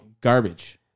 Garbage